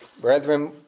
brethren